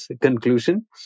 conclusion